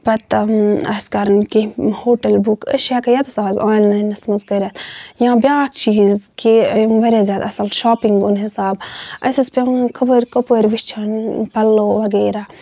پَتہٕ آسہِ کَرٕنۍ کیٚنہہ ہوٹَل بُک أسۍ چھِ ہیٚکان ییٚتنس آز آنلاینَس منٛز کٔرِتھ یا بیاکھ چیٖز کہِ واریاہ زیادٕ اَصٕل شاپِنگ ہُند حِساب اَسہِ اوس پیٚوان خبر کَپٲرۍ وُچھُن پَلو وغیرہ